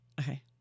Okay